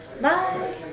Bye